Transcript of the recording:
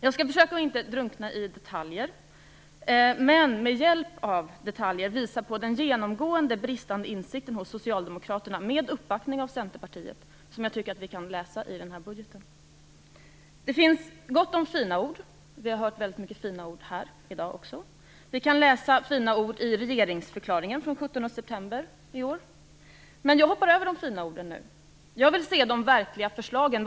Jag skall försöka att inte drunkna i detaljer, men med hjälp av detaljer visa på den genomgående bristande insikt hos socialdemokraterna, med uppbackning av Centerpartiet, som jag tycker att vi kan avläsa i denna budget. Det finns gott om fina ord. Vi har hört väldigt många fina ord här i dag. Vi kan läsa fina ord i regeringsförklaringen från den 17 september i år. Men jag hoppar över de fina orden nu. Jag vill se de verkliga förslagen.